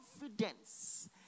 confidence